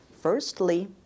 Firstly